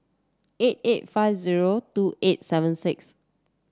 eight eight five zero two eight seven six